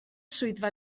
swyddfa